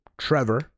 Trevor